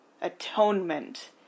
Atonement